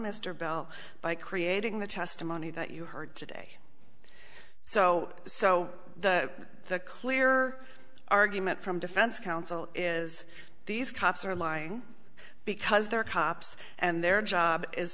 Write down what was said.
mr bell by creating the testimony that you heard today so so clear argument from defense counsel is these cops are lying because they're cops and their job is